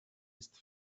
ist